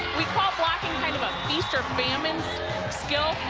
we call blocking kind of a feastor famine skill.